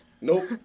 Nope